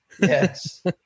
yes